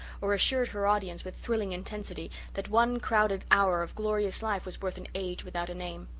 or assured her audience with thrilling intensity that one crowded hour of glorious life was worth an age without a name.